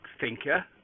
thinker